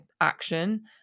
action